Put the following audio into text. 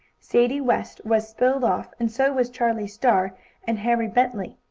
sadie west was spilled off, and so was charlie star and harry bentley.